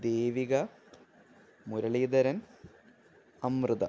Devika Muraleedharan Amrita